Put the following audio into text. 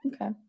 okay